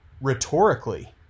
rhetorically